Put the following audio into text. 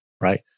right